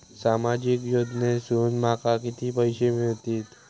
सामाजिक योजनेसून माका किती पैशे मिळतीत?